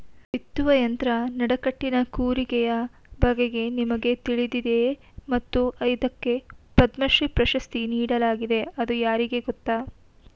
ಬಿತ್ತುವ ಯಂತ್ರ ನಡಕಟ್ಟಿನ ಕೂರಿಗೆಯ ಬಗೆಗೆ ನಿಮಗೆ ತಿಳಿದಿದೆಯೇ ಮತ್ತು ಇದಕ್ಕೆ ಪದ್ಮಶ್ರೀ ಪ್ರಶಸ್ತಿ ನೀಡಲಾಗಿದೆ ಅದು ಯಾರಿಗೆ ಗೊತ್ತ?